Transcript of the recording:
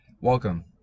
Welcome